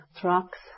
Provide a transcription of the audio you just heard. trucks